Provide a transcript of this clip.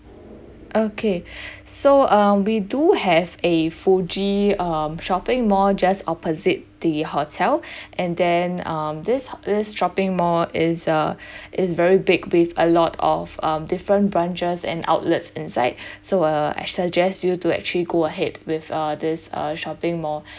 okay so um we do have a fuji um shopping mall just opposite the hotel and then um this this shopping mall is a is very big with a lot of um different branches and outlets inside so uh I suggest you to actually go ahead with uh this uh shopping mall